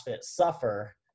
suffer